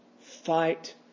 Fight